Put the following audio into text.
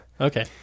Okay